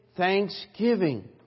Thanksgiving